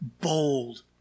bold